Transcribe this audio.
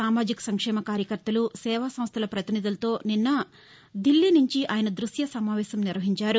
సామాజిక సంక్షేమ కార్యకర్తలు సేవా సంస్టల పతినిధులతో నిన్న దిల్లీ నుంచి ఆయన ద్భశ్య సమావేశం నిర్వహించారు